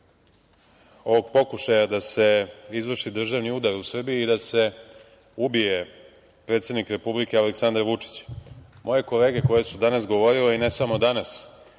ovog pokušaja da se izvrši državni udar u Srbiji i da se ubije predsednik Republike Aleksandar Vučić. Moje kolege koje su danas govorile, ne samo danas,